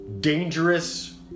dangerous